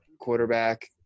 quarterback